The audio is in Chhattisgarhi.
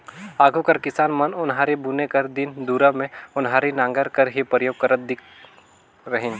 आघु कर किसान मन ओन्हारी बुने कर दिन दुरा मे ओन्हारी नांगर कर ही परियोग करत खित रहिन